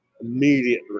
immediate